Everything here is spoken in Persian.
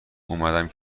اومدم